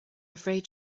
afraid